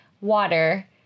water